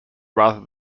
rather